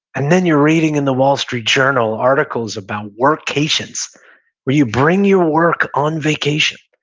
and then you're reading in the wall street journal articles about workcations where you bring your work on vacation.